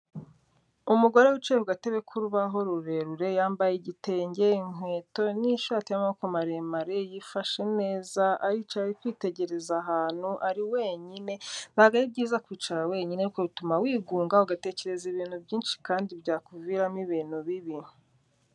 Umugore wicaye ku gatebe k'urubaho rurerure, yambaye igitenge, inkweto n'ishati y'amaboko maremare, yifashe neza aricaye ari kwitegereza ahantu ari wenyine, ntabwo ari byiza kwicara wenyine kuko bituma wigunga ugatekereza ibintu byinshi kandi byakuviramo ibintu bibi.